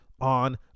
on